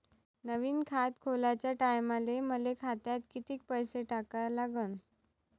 नवीन खात खोलाच्या टायमाले मले खात्यात कितीक पैसे टाका लागन?